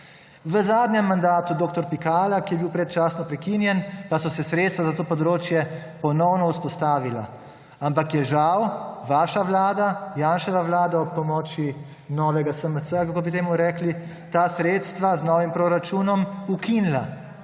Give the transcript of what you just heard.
V zadnjem mandatu dr. Pikala, ki je bil predčasno prekinjen, pa so se sredstva za to področje ponovno vzpostavila, ampak je žal vaša vlada, Janševa vlada ob pomoči novega SMC-ja, kako bi temu rekli, ta sredstva z novim proračunom ukinila,